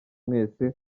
mwese